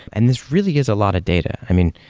and this really is a lot of data. i mean,